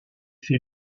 fait